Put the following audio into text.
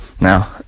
Now